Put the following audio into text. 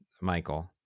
Michael